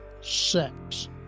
sex